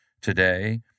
today